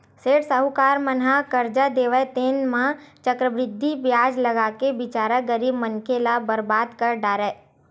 सेठ साहूकार मन ह करजा देवय तेन म चक्रबृद्धि बियाज लगाके बिचारा गरीब मनखे ल बरबाद कर डारय